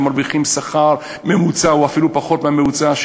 שמרוויחים שכר ממוצע או אפילו פחות מהממוצע,